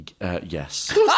Yes